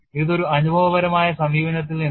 ഇത് ഒരു അനുഭവപരമായ സമീപനത്തിൽ നിന്നാണ്